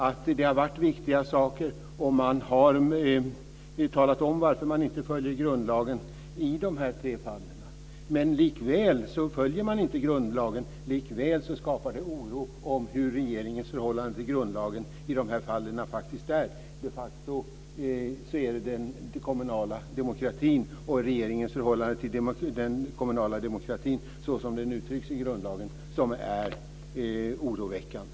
Det har varit viktiga saker, och man har talat om varför man inte följer grundlagen i dessa tre fall. Men likväl följer man inte grundlagen; likväl skapar det oro när det gäller hur regeringens förhållande till grundlagen faktiskt är i dessa fall. Det är regeringens förhållande till den kommunala demokratin såsom den uttrycks i grundlagen som är oroväckande.